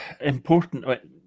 important